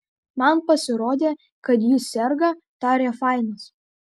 man pasirodė kad ji serga tarė fainas